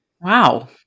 Wow